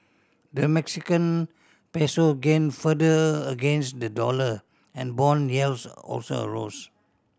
the Mexican Peso gain further against the dollar and bond yields also arose